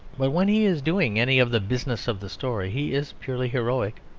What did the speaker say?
but when he is doing any of the business of the story he is purely heroic.